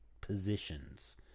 positions